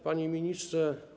Panie Ministrze!